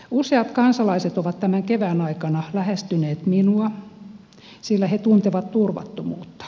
useat kansalaiset ovat tämän kevään aikana lähestyneet minua sillä he tuntevat turvattomuutta